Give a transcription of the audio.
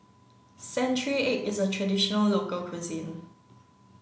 century egg is a traditional local cuisine